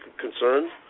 concerns